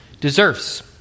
deserves